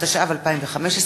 התשע"ו 2015,